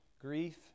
grief